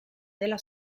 della